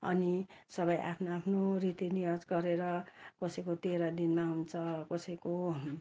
अनि सबै आफ्नो आफ्नो रीतिरिवाज गरेर कसैको तेह्र दिनमा हुन्छ कसैको